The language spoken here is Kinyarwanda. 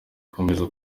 ikomeza